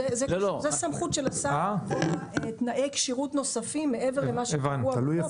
זאת סמכות של השר לקבוע תנאי כשירות נוספים מעבר למה שקבוע בחוק.